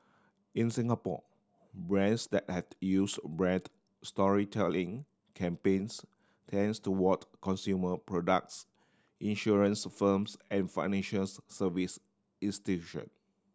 in Singapore brands that has use brand storytelling campaigns tends toward consumer products insurance firms and financials service